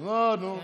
מה, נו.